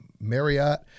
Marriott